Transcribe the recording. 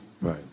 Right